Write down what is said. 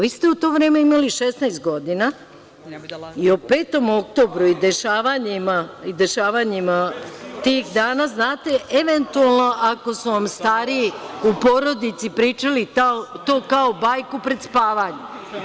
Vi ste u to vreme imali 16 godina i o 5. oktobru i dešavanjima tih dana znate, eventualno, ako su vam stariji u porodici pričali to kao bajku pred spavanje.